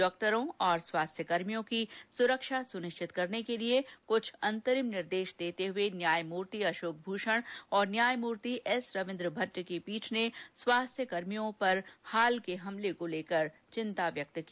डॉक्टरों और स्वास्थ्य कर्मियों की सुरक्षा सुनिश्चित करने के लिए कुछ अंतरिम निर्देश देते हुए न्यायमूर्ति अशोक भूषण और न्याय मूर्ति एसरविन्द्र भट्ट की पीठ ने स्वास्थ्य कर्मियों पर हाल के हमले को लेकर चिंता व्यक्त की